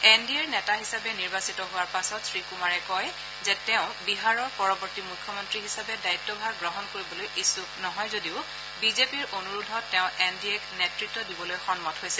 N D এৰ নেতা হিচাপে নিৰ্বাচিত হোৱাৰ পাছত শ্ৰীকুমাৰে কয় যে তেওঁ বিহাৰৰ পৰৱৰ্তী মুখ্যমন্ত্ৰী হিচাপে দায়িত্বভাৰ গ্ৰহণ কৰিবলৈ ইচছুক নহয় যদিও বিজেপিৰ অনুৰোধত তেওঁ এন ডি এক নেতৃত্ব দিবলৈ সন্মত হৈছে